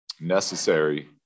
necessary